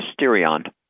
mysterion